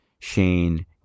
shane